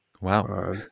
Wow